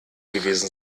gewesen